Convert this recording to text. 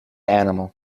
animal